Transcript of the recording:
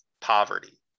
poverty